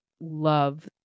love